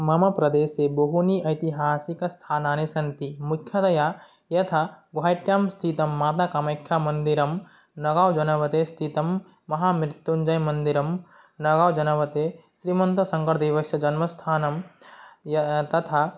मम प्रदेशे बहूनि ऐतिहासिकस्थानानि सन्ति मुख्यतया यथा गुहट्यां स्थितं माता कामाख्या मन्दिरं नगाव् जनपदेस्थितं महामृत्त्युञ्जयमन्दिरं नगाव् जनपदे श्रीमन्तशङ्करदेवस्य जन्मस्थानं य तथा